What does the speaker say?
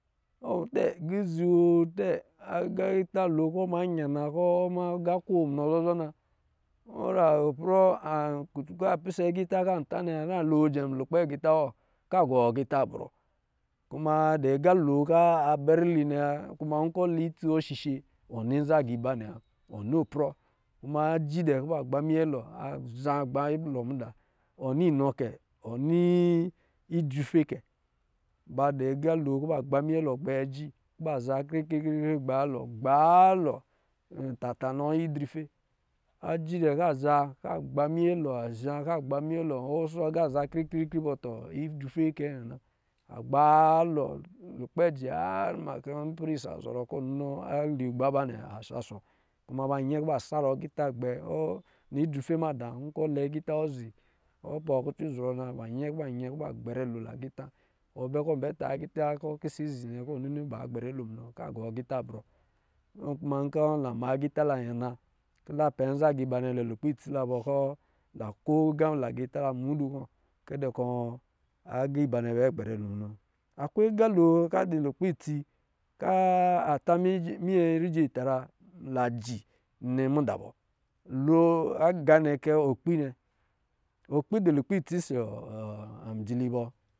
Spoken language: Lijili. Ɔ tɛ kizi wɔ, tɛ agita lo kɔ̄ ba ma yana kɔ̄ agá ko munɔ rugba na ɔra oprɔ kutu kɔ̄ a dɔ̄ pisɛ agita kɔ̄ an ta nnɔ̄- ka lo jɛ lukpɛ agita wɔ tɔ̄ a gɔɔ agita brɔ, kuma a dɔ agalo ka bɛ rili nnɛ wa. Kuma nkɔ̄ lɛ itsi wɔ shishe wɔ niza agà ba nnɛ wa wɔ niprɔ kuma aji dɛ kɔ̄ ba gba minyɛ alɔ, azha gbayi alɔ mada ɔ ni inɔ kɛ, wɔ ni idriye kɛ ba dɔ̄ agalo kɔ̄ ba gba minyɛ alo gbɛ ji, kɔ̄ ba zha kre-kre-kre gba minyɛ alɔ, gbaalɔ, tata nɔ idrife aji dɛ kɔ̄ a zha gba mimyɛ ab, azha ka gba mimyɛ alɔ, ɔ wusɔ agá zha kre-kre-kre bɔ idrefe kɛ nnɛ na, agbaalɔ lukpɛ a ji yari ma kɔ̄ isa zɔrɔ in alɔ igba ba nnɛ a shashɔ. Kuma ba nyɛ kɔ̄ ba sara agita gbɛ, ɔ nɔ idrife mada nkɔ̄ lɛ agita wa zi ɔ pɔ katu izɔrɔ na banyɛ, kɔ ba nyɛ kɔ̄ ba gbɛrɛ lo nagita, ɔ bɛ kɔ̄ bɛ ta agita kɔ̄ kisis zi nnɛ kɔ̄ nini ba gbara lo munɔ nɔ ka gɔ agita brɔ, nɔ kuma kɔ̄ la ma agita lo yana kɔ̄ pɛ nza agá ba lo hwe itsi la bɔ kɔ̄ la ko agá nagita la mudud kɔ kɛdɛ kɔ̄ agá iba bɛ gbɛrɛ lo munɔ na, akwe agá kɔ̄ a dɔ̄ lukpɛ itsi kɔ̄ a ta munyɛ rijɛ itara laji nnɛ muda bɔ lo gá nnɛ kɛ okpi nnɛ, okpi dɔ lukpɛ itsi ɔsɔ̄ a mijili bɔ.